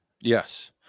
yes